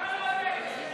למה לא הבאתם?